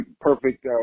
perfect